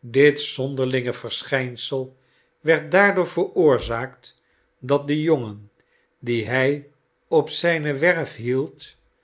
dit zonderlinge verschijnsel werd daardoor veroorzaakt dat de jongen dien hij op zijne werf hield